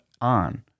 on